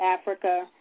Africa